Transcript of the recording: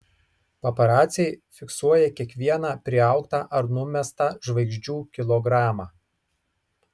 paparaciai fiksuoja kiekvieną priaugtą ar numestą žvaigždžių kilogramą